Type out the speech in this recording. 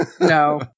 no